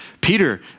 Peter